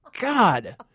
God